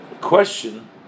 question